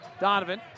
Donovan